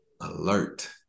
alert